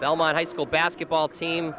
belmont high school basketball team